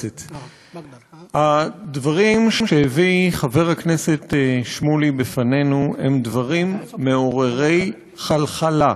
הדברים שהביא חבר הכנסת שמולי בפנינו מעוררים חלחלה.